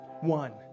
One